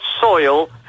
soil